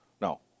No